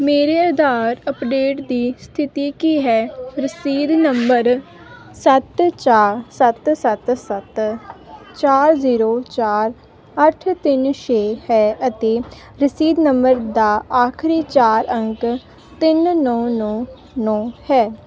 ਮੇਰੇ ਆਧਾਰ ਅੱਪਡੇਟ ਦੀ ਸਥਿਤੀ ਕੀ ਹੈ ਰਸੀਦ ਨੰਬਰ ਸੱਤ ਚਾਰ ਸੱਤ ਸੱਤ ਸੱਤ ਚਾਰ ਜ਼ੀਰੋ ਚਾਰ ਅੱਠ ਤਿੰਨ ਛੇ ਹੈ ਅਤੇ ਰਸੀਦ ਨੰਬਰ ਦਾ ਆਖਰੀ ਚਾਰ ਅੰਕ ਤਿੰਨ ਨੌਂ ਨੌਂ ਨੌਂ ਹੈ